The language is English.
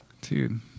dude